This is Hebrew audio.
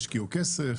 השקיעו כסף,